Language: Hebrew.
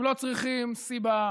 הם לא צריכים סיבה,